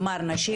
כלומר, נשים